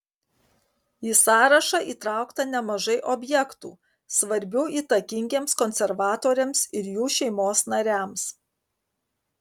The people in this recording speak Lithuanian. į sąrašą įtraukta nemažai objektų svarbių įtakingiems konservatoriams ir jų šeimos nariams